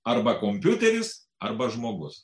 arba kompiuteris arba žmogus